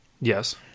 Yes